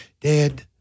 dad